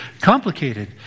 complicated